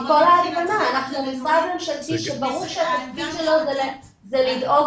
אנחנו משרד ממשלתי שברור שהתפקיד שלו זה לדאוג